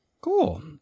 Cool